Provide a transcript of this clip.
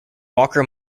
walker